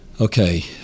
Okay